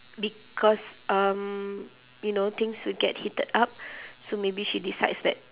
because um you know things will get heated up so maybe she decides that